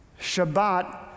Shabbat